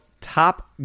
Top